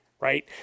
right